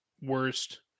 worst